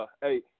hey